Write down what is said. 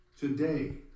Today